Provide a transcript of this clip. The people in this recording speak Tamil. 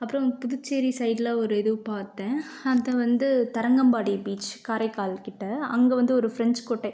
அப்புறம் புதுச்சேரி சைட்ல ஒரு இது பார்த்தேன் அது வந்து தரங்கம்பாடி பீச் காரைக்கால் கிட்டே அங்கே வந்து ஒரு ஃப்ரெஞ்சு கோட்டை